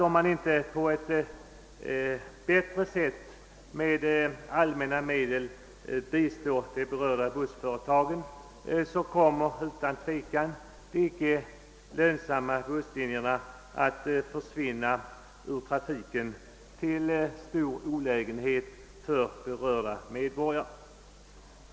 Om man inte på ett bättre sätt med allmänna medel bistår de berörda bussföretagen kommer utan tvivel de icke lönsamma busslinjerna att försvinna ur trafiken till stor olägenhet för berörda medborgare.